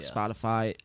Spotify